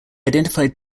identified